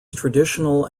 traditional